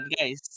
guys